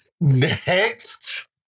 Next